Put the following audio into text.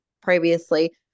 previously